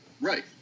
Right